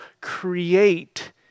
create